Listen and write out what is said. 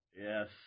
Yes